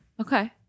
Okay